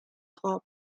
krab